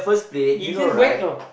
he just whack you know